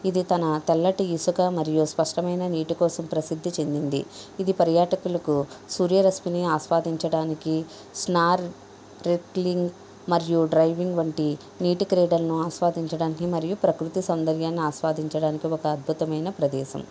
ఇది తన తెల్లటి ఇసుక మరియు స్పష్టమైన నీటి కోసం ప్రసిద్ధి చెందింది ఇది పర్యాటకులకు సూర్యరశ్మిని ఆస్వాదించడానికి స్నార్ టెర్క్లింగ్ మరియు డ్రైవింగ్ వంటి నీటి క్రీడలను ఆస్వాదించడానికి మరియు ప్రకృతి సౌందర్యాన్ని ఆస్వాదించడానికి ఒక అద్భుతమైన ప్రదేశం